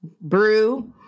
brew